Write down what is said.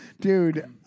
Dude